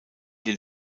den